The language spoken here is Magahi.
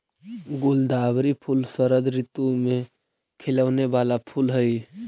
गुलदावरी फूल शरद ऋतु में खिलौने वाला फूल हई